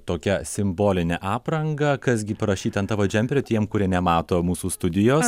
tokia simboline apranga kas gi parašyta ant tavo džemperio tiem kurie nemato mūsų studijos